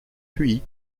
hui